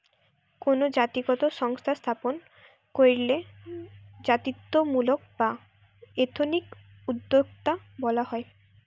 কোনো জাতিগত সংস্থা স্থাপন কইরলে জাতিত্বমূলক বা এথনিক উদ্যোক্তা বলা হয়